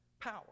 power